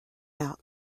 out